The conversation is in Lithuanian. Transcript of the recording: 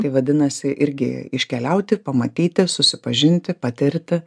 tai vadinasi irgi iškeliauti pamatyti susipažinti patirti